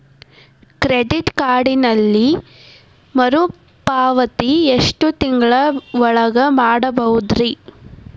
Credit ಕಾರ್ಡಿನಲ್ಲಿ ಮರುಪಾವತಿ ಎಷ್ಟು ತಿಂಗಳ ಒಳಗ ಮಾಡಬಹುದ್ರಿ?